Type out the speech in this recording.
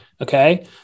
okay